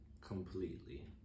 completely